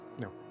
No